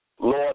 Lord